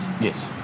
Yes